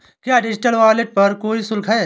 क्या digital wallet पर कोई शुल्क है?